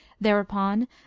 Thereupon